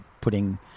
putting